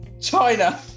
China